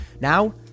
now